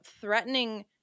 threatening